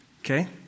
okay